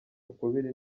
ukubiri